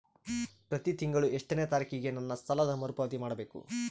ಪ್ರತಿ ತಿಂಗಳು ಎಷ್ಟನೇ ತಾರೇಕಿಗೆ ನನ್ನ ಸಾಲದ ಮರುಪಾವತಿ ಮಾಡಬೇಕು?